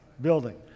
building